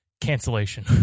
cancellation